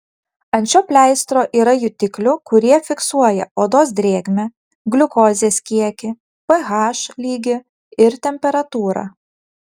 ant šio pleistro yra jutiklių kurie fiksuoja odos drėgmę gliukozės kiekį ph lygį ir temperatūrą